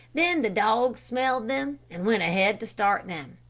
then the dogs smelled them and went ahead to start them.